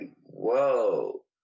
Whoa